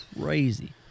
crazy